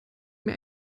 mir